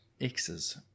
Xs